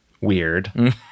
weird